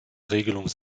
regelung